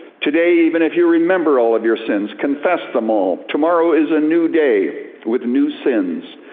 today, even if you remember all of your sins, confess them all, tomorrow is a new day with new sins.